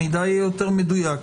המידע יהיה יותר מדויק.